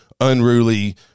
unruly